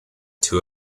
two